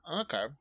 Okay